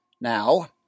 now